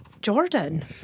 Jordan